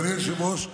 אדוני היושב-ראש,